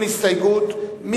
ההסתייגות לא נתקבלה.